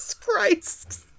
Christ